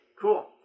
cool